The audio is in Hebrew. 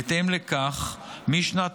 בהתאם לכך, משנת